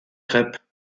crêpes